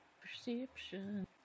perception